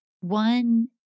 one